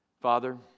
Father